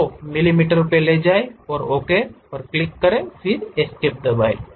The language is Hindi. तो मिलीमीटर और ओके पर क्लिक करें फिर एस्केप को दबाएं